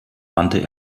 wandte